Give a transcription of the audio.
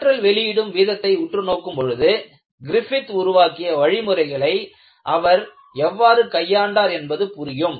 ஆற்றல் வெளியிடும் வீதத்தை உற்று நோக்கும் பொழுது கிரிஃபித் உருவாக்கிய வழிமுறைகளை அவர் எவ்வாறு கையாண்டார் என்பது புரியும்